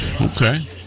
Okay